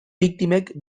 biktimek